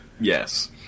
Yes